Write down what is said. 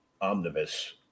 omnibus